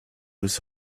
his